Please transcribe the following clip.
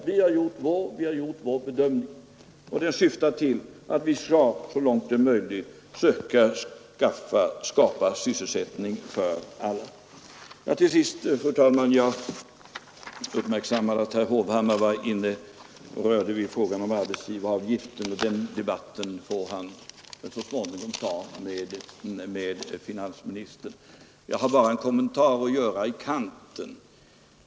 Vi har gjort vår bedömning och den syftar till att vi så långt det är möjligt skall försöka skaffa sysselsättning för alla. Till sist, fru talman! Jag uppmärksammade att herr Hovhammar berörde frågan om arbetsgivaravgiften. En debatt om denna får han så småningom ta med finansministern. Jag har bara en kommentar att göra.